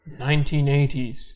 1980s